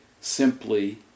simply